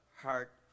heart